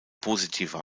positiver